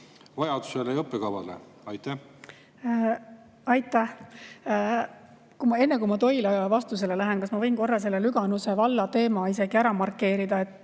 vajadusele ja õppekavale. Aitäh! Enne kui ma Toila vastuse juurde lähen, kas ma võin korra selle Lüganuse valla teema ise ka ära markeerida? Ma